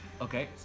Okay